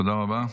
תודה רבה.